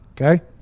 Okay